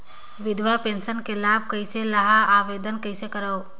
विधवा पेंशन के लाभ कइसे लहां? आवेदन कइसे करव?